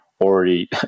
already